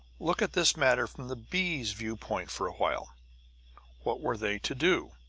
look at this matter from the bees' view-point for awhile. what were they to do?